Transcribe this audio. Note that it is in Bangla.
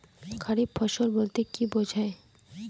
খারিফ ফসল বলতে কী বোঝায়?